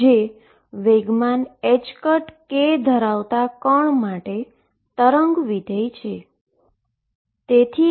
જે momentum ℏk ધરાવતા particle માટે વેવ ફંક્શન છે